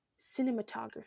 cinematography